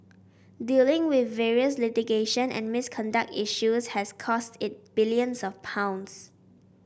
dealing with various litigation and misconduct issues has cost it billions of pounds